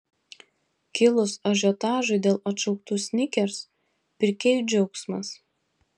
kilus ažiotažui dėl atšauktų snickers pirkėjų džiaugsmas